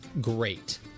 great